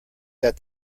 that